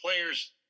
players